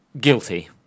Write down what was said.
guilty